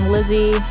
Lizzie